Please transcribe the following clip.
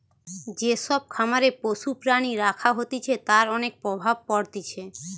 যে সব খামারে পশু প্রাণী রাখা হতিছে তার অনেক প্রভাব পড়তিছে